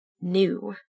new